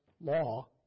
law